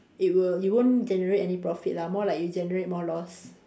it will you won't generate any profit lah more like you generate more loss